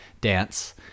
dance